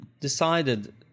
decided